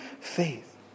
faith